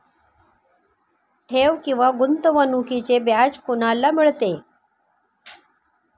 ठेव किंवा गुंतवणूकीचे व्याज कोणाला मिळते?